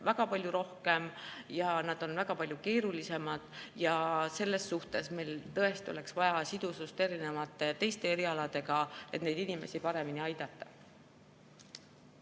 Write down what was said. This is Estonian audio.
väga palju rohkem ja nad on väga palju keerulisemad. Meil tõesti oleks vaja sidusust teiste erialadega, et neid inimesi paremini aidata.